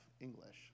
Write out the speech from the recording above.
English